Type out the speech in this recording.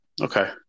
Okay